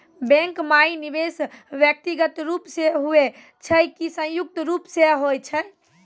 Bank माई निवेश व्यक्तिगत रूप से हुए छै की संयुक्त रूप से होय छै?